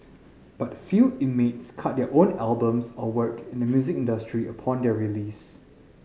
but few inmates cut their own albums or work in the music industry upon their release